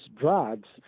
drugs